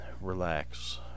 relax